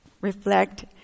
Reflect